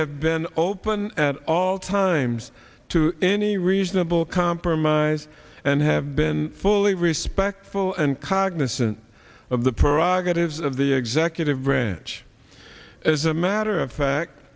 have been open at all times to any reasonable compromise and have been fully respectful and cognizant of the prerogatives of the executive branch as a matter of fact